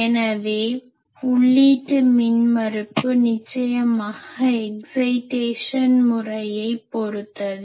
எனவே உள்ளீட்டு மின்மறுப்பு நிச்சயமாக எக்ஸைடேஷன் முறையைப் பொறுத்தது